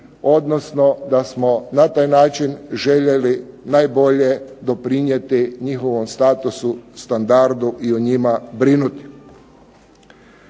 odnosno da smo na taj način željeli najbolje doprinijeti njihovom statusu, standardu i o njima brinuti.